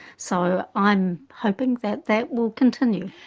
so i'm hoping that that will continue.